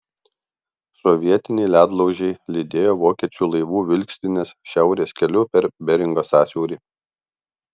sovietiniai ledlaužiai lydėjo vokiečių laivų vilkstines šiaurės keliu per beringo sąsiaurį